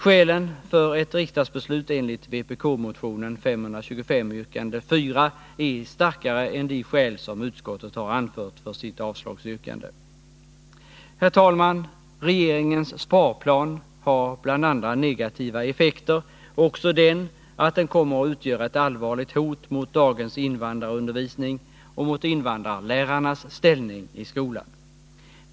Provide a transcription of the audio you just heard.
Skälen för ett riksdagsbeslut enligt vpk-motionen 525 yrkande 4 är starkare än de skäl som utskottet har anfört för sitt avstyrkande. Herr talman! Regeringens sparplan har bland andra negativa effekter också den effekten att den kommer att utgöra ett allvarligt hot mot dagens invandrarundervisning och mot invandrarlärarnas ställning i skolan.